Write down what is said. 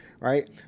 right